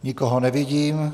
Nikoho nevidím.